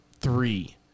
three